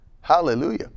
Hallelujah